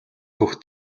хөх